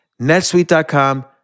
netsuite.com